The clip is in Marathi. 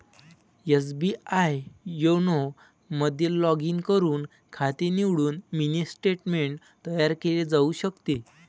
एस.बी.आई योनो मध्ये लॉग इन करून खाते निवडून मिनी स्टेटमेंट तयार केले जाऊ शकते